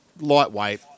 lightweight